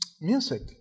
Music